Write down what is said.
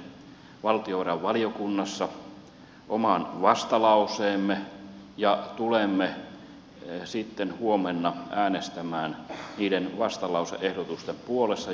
olemme jättäneet valtiovarainvaliokunnassa oman vastalauseemme ja tulemme sitten huomenna äänestämään niiden vastalause ehdotusten puolesta